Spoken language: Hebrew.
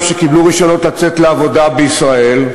שקיבלו רישיונות לצאת לעבודה בישראל,